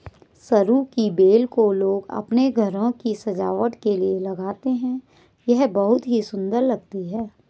सरू की बेल को लोग अपने घरों की सजावट के लिए लगाते हैं यह बहुत ही सुंदर लगती है